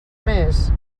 més